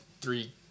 three